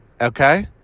Okay